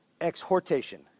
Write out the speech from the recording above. exhortation